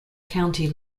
county